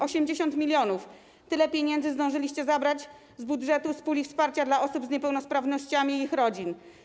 80 mln - tyle pieniędzy zdążyliście zabrać z budżetu z puli wsparcia dla osób z niepełnosprawnościami i ich rodzin.